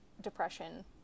depression